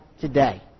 today